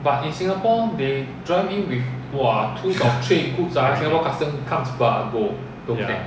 ya